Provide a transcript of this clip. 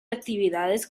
actividades